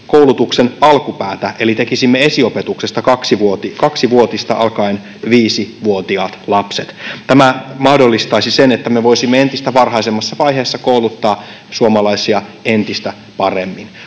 koulutuksen alkupäätä eli tekisimme esiopetuksesta kaksivuotisen alkaen 5-vuotiaista lapsista. Tämä mahdollistaisi sen, että me voisimme entistä varhaisemmassa vaiheessa kouluttaa suomalaisia entistä paremmin.